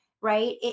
right